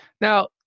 Now